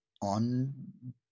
on